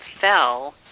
fell